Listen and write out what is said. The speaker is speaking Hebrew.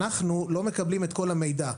אנחנו לא מקבלים את כל המידע.